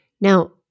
Now